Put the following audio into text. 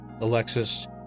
Alexis